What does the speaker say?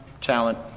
talent